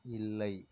இல்லை